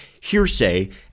hearsay